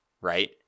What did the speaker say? right